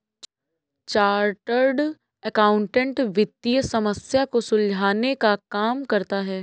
chartered accountant वित्तीय समस्या को सुलझाने का काम करता है